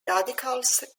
radicals